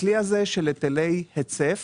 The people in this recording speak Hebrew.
הכלי של היטלי היצף